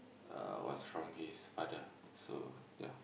uh was from his father so ya